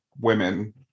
women